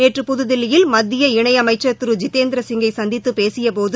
நேற்று புதுதில்லியில் மத்திய இணை அமைச்சர் திரு ஜிதேந்திர சிங்கை சந்தித்து பேசிய போது